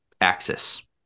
axis